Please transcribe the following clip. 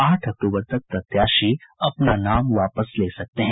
आठ अक्टूबर तक प्रत्याशी अपना नाम वापस ले सकते हैं